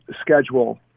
schedule